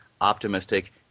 optimistic